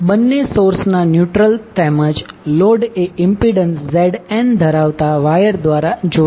હવે બંને સોર્સના ન્યુટ્રલ તેમજ લોડ એ ઇમ્પિડન્સ Zn ધરાવતા વાયર દ્વારા જોડાયેલ છે